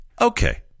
okay